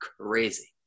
crazy